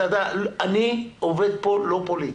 אתה יודע, אני עובד פה לא פוליטי.